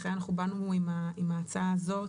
לכן אנחנו באנו עם ההצעה הזאת,